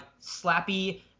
Slappy